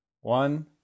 One